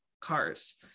cars